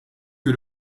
que